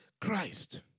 Christ